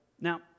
Now